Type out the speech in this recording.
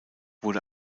wurde